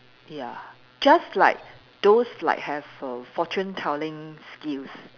ya just like those like have a fortunetelling skills